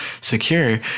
secure